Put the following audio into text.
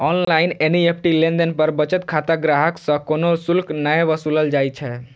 online NEFT लेनदेन पर बचत खाता ग्राहक सं कोनो शुल्क नै वसूलल जाइ छै